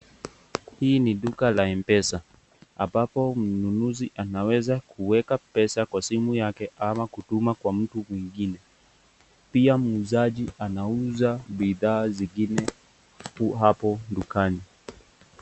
Hii ni duka la M-PESA ambapo mnunuzi anaweza kuweka pesa kwa simu yake ama kutuma kwa mtu mwingine. Pia muuzaji anauza bidhaa zingine hapo dukani.